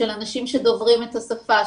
של אנשים שדוברים את השפה,